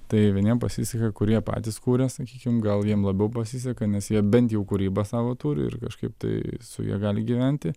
tai vieniem pasiseka kurie patys kuria sakykim gal jiem labiau pasiseka nes jie bent jau kūryba savo turi ir kažkaip tai su ja gali gyventi